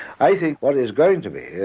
i think what is going to be,